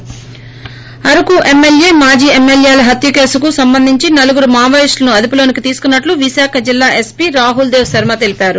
ి అరకు ఎమ్మెల్యే మాజీ ఎమ్మెల్యేల హత్య కేసుకు సంబంధించి నలుగురు మావోయిస్టులను అదుపులోకి తీసుకున్నట్లు విశాఖ జిల్లా ఎస్పీ రాహుల్ దేవ్ శర్మ తెలిపారు